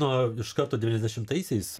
na iš karto devyniasdešimtaisiais